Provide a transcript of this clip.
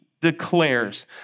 declares